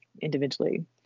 individually